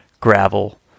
gravel